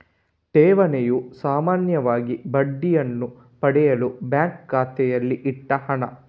ಠೇವಣಿಯು ಸಾಮಾನ್ಯವಾಗಿ ಬಡ್ಡಿಯನ್ನ ಪಡೆಯಲು ಬ್ಯಾಂಕು ಖಾತೆಯಲ್ಲಿ ಇಟ್ಟ ಹಣ